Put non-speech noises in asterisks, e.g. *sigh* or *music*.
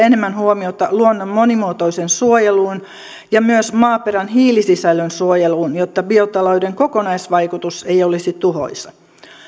*unintelligible* enemmän huomiota luonnon monimuotoiseen suojeluun ja myös maaperän hiilisisällön suojeluun jotta biotalouden kokonaisvaikutus ei olisi tuhoisa